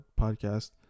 podcast